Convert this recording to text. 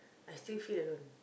I still feel alone